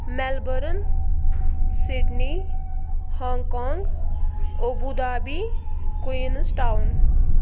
Melbourne Sydney Hong Kong Abu Dhabi کُیِنٕز town